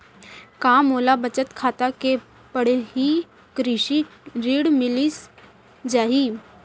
का मोला बचत खाता से पड़ही कृषि ऋण मिलिस जाही?